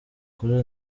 kuri